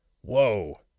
whoa